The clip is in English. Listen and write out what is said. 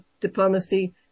diplomacy